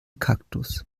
kaktus